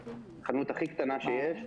חנות הכי קטנה שיש,